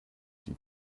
die